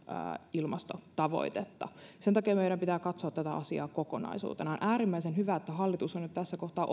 ilmastotavoitetta sen takia meidän pitää katsoa tätä asiaa kokonaisuutena on äärimmäisen hyvä että hallitus on nyt tässä kohtaa